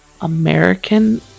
American